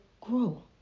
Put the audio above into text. grow